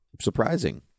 surprising